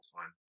time